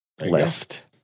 List